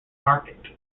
market